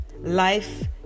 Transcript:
life